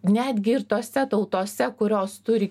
netgi ir tose tautose kurios turi